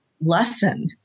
lesson